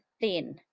thin